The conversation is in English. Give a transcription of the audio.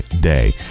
day